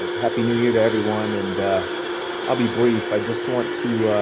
ah happy new year to everyone and i'll be brief. i just want to.